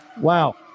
Wow